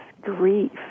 grief